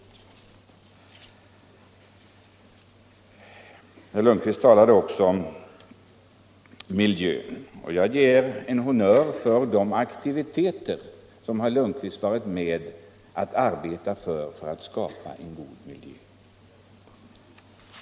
Herr Lundkvist talade också om miljön. Jag ger honom en honnör för de aktiviteter som han varit med om att arbeta fram för att skapa en god miljö.